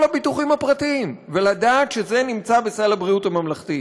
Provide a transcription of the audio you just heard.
הביטוחים הפרטיים ולדעת שזה נמצא בסל הבריאות הממלכתי.